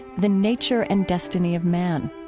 the nature and destiny of man.